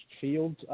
field